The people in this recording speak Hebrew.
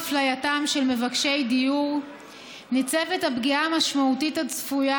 אפלייתם של מבקשי דיור ניצבת הפגיעה המשמעותית הצפויה